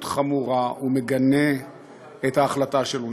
חמורה ומגנה את ההחלטה של אונסק"ו.